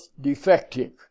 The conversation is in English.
defective